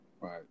Right